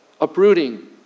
uprooting